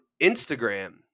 Instagram